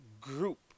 group